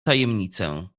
tajemnicę